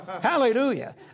Hallelujah